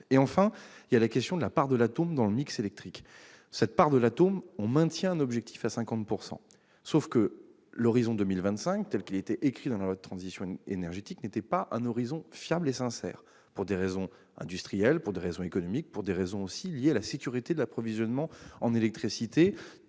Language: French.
enfin : traiter la question de la part de l'atome dans le mix électrique. À cet égard, nous maintenons un objectif à 50 %, sauf que l'horizon 2025, tel qu'il était fixé dans la loi de transition énergétique, n'était pas un horizon fiable et sincère, pour des raisons industrielles, pour des raisons économiques, pour des raisons liées aussi à la sécurité de l'approvisionnement en électricité,